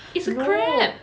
it's crab